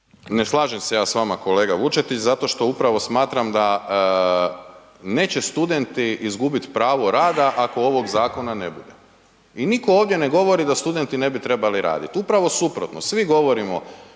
Ne slažem se ja s vama kolega Vučetić zato što upravo smatram da neće studenti izgubit pravo rada ako ovog zakona ne bude i niko ovdje ne govori da studenti ne bi trebali radit, upravo suprotno, svi govorimo